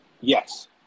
Yes